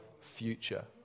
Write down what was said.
future